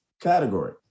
Category